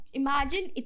imagine